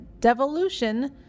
devolution